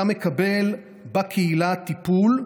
אתה מקבל בקהילה טיפול,